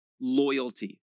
loyalty